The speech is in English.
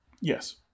Yes